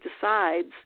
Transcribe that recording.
decides